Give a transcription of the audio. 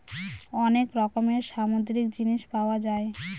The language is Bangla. অনেক রকমের সামুদ্রিক জিনিস পাওয়া যায়